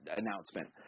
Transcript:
announcement